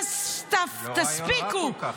"תספיקו --- זה לא רעיון רע כל כך.